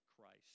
Christ